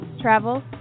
travel